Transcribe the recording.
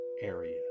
area